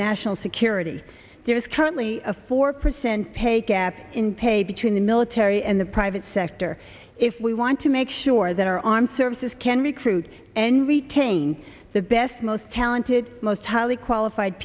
national security there is currently a four percent pay gap in pay between the military and the private sector if we want to make sure that our armed services can recruit and retain the best most talented most highly qualified